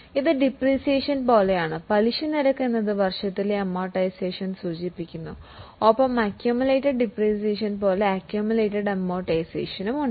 ഇത് ഡിപ്രീസിയേഷൻ പോലെയാണ് amortisation expense എന്നത് വർഷത്തിലെ അമോർടൈസെഷൻ സൂചിപ്പിക്കുന്നു ഒപ്പം അക്കയുമിലേറ്റസ്ഡ് ഡിപ്രീസിയേഷൻ പോലെ അക്കയുമിലേറ്റസ്ഡ് അമോർടൈസെഷൻ ഉണ്ട്